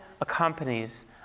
accompanies